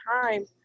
time